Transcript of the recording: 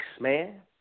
man